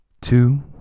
two